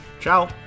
Ciao